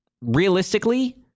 realistically